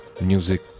Music